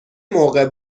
موقع